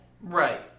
Right